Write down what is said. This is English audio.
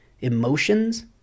emotions